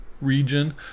region